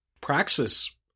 Praxis